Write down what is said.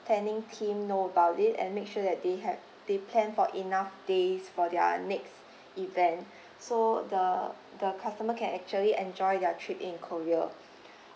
planning team know about it and make sure that they had they plan for enough days for their next event so the the customer can actually enjoy their trip in korea